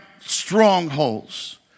strongholds